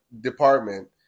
department